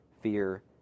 fear